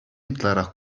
ытларах